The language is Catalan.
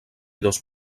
dos